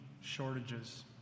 shortages